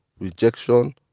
rejection